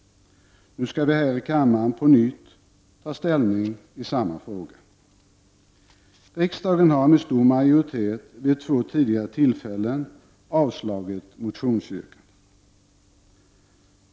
Nu skall vi här i kammaren på nytt ta ställning i samma fråga. Riksdagen har med stor majoritet vid två tidigare tillfällen avslagit motionsyrkandena.